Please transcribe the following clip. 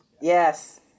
Yes